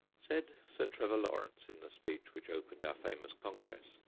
said sir trevor lawrence, in the speech which opened our famous congress,